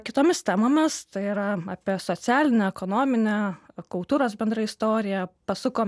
kitomis temomis tai yra apie socialinę ekonominę kultūros bendrą istoriją pasuko